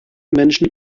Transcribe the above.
menschen